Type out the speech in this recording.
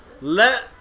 Let